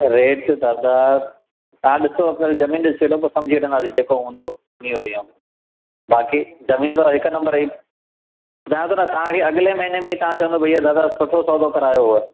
rate दादा तव्हां ॾिसो ज़मीन ॾिसी वठो पोइ समुझी वठंदासीं जेको हूंदो उणिवीहो वीहो बाक़ी ज़मीन अथव हिकु नम्बर जी ॿुधायां थो न तव्हांखे अॻिले महीने में ई तव्हां चवंदा दादा सुठो सौदो करायो हुयव